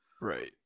Right